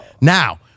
Now